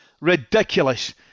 ridiculous